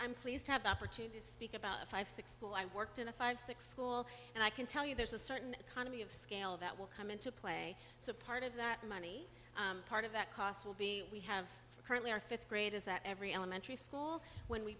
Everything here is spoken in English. pleased to have the opportunity to speak about a five six school i worked in a five six school and i can tell you there's a certain economy of scale that will come into play so part of that money part of that cost will be we have currently our fifth graders that every elementary school when we